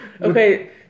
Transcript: Okay